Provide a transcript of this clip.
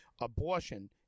abortion